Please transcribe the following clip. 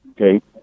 okay